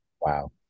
Wow